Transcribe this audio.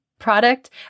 Product